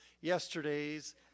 yesterday's